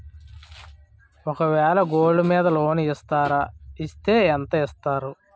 ఒక వేల గోల్డ్ మీద లోన్ ఇస్తారా? ఇస్తే ఎంత ఇస్తారు?